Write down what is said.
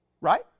right